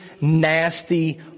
nasty